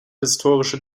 historische